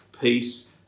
peace